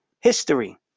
history